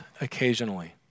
occasionally